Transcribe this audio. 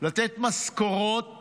לתת משכורות